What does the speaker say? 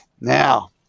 Now